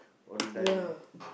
ya